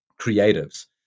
creatives